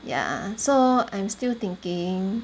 ya so I'm still thinking